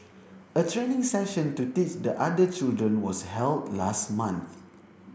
a training session to teach the other children was held last month